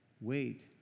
Wait